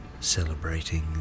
celebrating